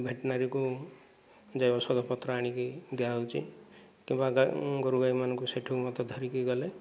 ଭେଟେନରୀକୁ ଯାଇ ଔଷଧପତ୍ର ଆଣିକି ଦିଆହେଉଛି କିମ୍ବା ଗୋରୁଗାଈ ମାନଙ୍କୁ ସେଠୁ ମଧ୍ୟ ଧରିକି ଗଲେ